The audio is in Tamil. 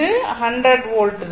இது எனது 100 வோல்ட்